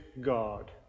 God